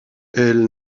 elle